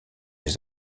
les